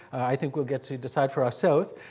i think we'll get to decide for ourselves.